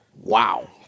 Wow